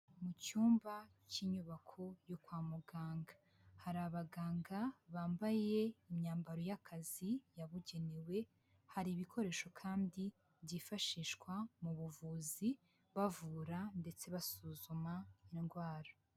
Mu cyumba cy'inyubako yo kwa muganga, hari abaganga bambaye imyambaro y'akazi yabugenewe, hari ibikoresho kandi byifashishwa mu buvuzi bavura ndetse basuzuma indwara.